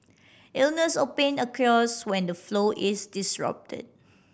illness or pain occurs when the flow is disrupted